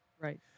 right